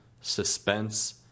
suspense